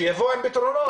שיבואו עם פתרונות.